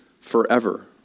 forever